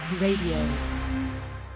RADIO